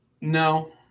No